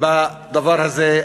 בדבר הזה,